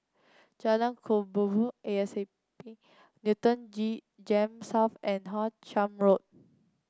Jalan Kelabu Asap Newton G Gems South and How Charn Road